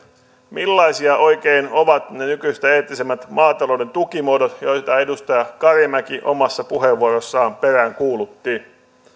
millaisia oikein ovat ne nykyistä eettisemmät maatalouden tukimuodot joita edustaja karimäki omassa puheenvuorossaan peräänkuulutti